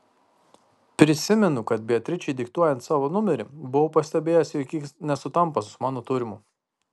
prisimenu kad beatričei diktuojant savo numerį buvau pastebėjęs jog jis nesutampa su mano turimu